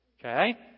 Okay